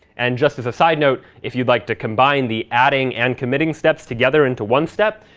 and just as a side note, if you'd like to combine the adding and committing steps together into one step,